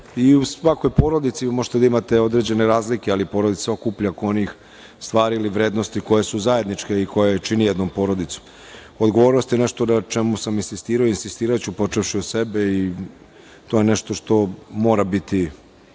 i u svakoj porodici možete da imate određen razlike, ali porodica se okuplja oko onih stvari ili vrednosti koje su zajedničke ili koje čine jednu porodicu. Odgovornost je nešto na čemu sam insistirao i insistiraću, počevši od sebe, i to je nešto što mora biti